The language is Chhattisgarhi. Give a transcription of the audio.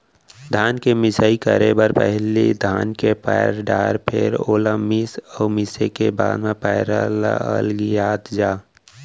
धान के मिंजई करे बर पहिली धान के पैर डार फेर ओला मीस अउ मिसे के बाद म पैरा ल अलगियात जा